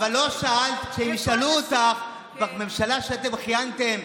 אבל כשישאלו אותך: בממשלה שבה אתם כיהנתם,